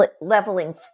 leveling